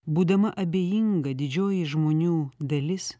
būdama abejinga didžioji žmonių dalis